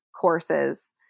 courses